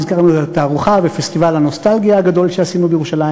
הזכרנו את התערוכה ואת פסטיבל הנוסטלגיה הגדול שעשינו בירושלים,